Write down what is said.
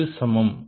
க்கு சமம்